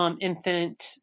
infant